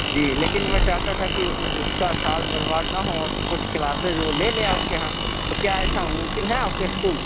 جی لیکن میں چاہتا تھا کہ اس کا سال برباد نہ ہو اور کچھ کلاسیز وہ لے لیں آپ کے یہاں کیا ایسا ممکن ہے آپ کے اسکول